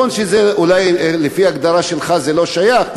אולי לפי ההגדרה שלך זה לא שייך,